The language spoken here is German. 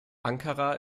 ankara